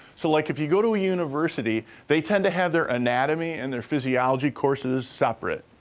so, like, if you go to a university, they tend to have their anatomy and their physiology courses separate.